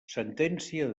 sentència